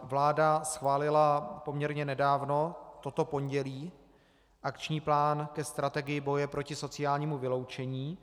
Vláda schválila poměrně nedávno, toto pondělí, akční plán ke strategii boje proti sociálnímu vyloučení.